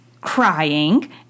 crying